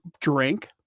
drink